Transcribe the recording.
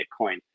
bitcoin